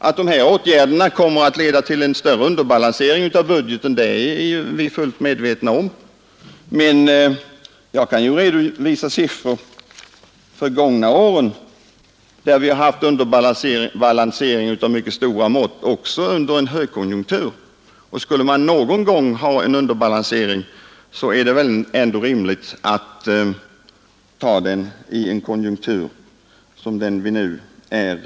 Att dessa åtgärder kommer att leda till en större underbalansering av budgeten är vi fullt medvetna om. Jag kan redovisa siffror för de gångna åren, då vi haft en underbalansering av mycket stora mått också under en högkonjunktur. Skall man någon gång ha en underbalansering, är det väl rimligt att ta den i en konjunktur som den vi nu har.